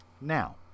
Now